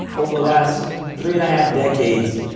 over the last three and a half decades,